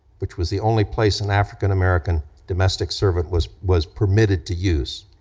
which was the only place an african-american domestic servant was was permitted to use,